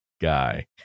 guy